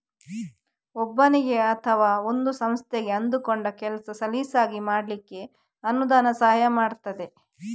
ಒಬ್ಬನಿಗೆ ಅಥವಾ ಒಂದು ಸಂಸ್ಥೆಗೆ ಅಂದುಕೊಂಡ ಕೆಲಸ ಸಲೀಸಾಗಿ ಮಾಡ್ಲಿಕ್ಕೆ ಅನುದಾನ ಸಹಾಯ ಮಾಡ್ತದೆ